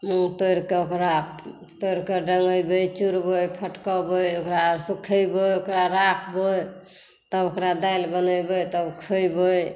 मूँग तोरि कऽ ओकरा तोरि कऽ डेन्गेबै चुरबै फटकऽबै ओकरा सुखेबै ओकरा राखबै तब ओकरा दालि बनेबै तब खैबै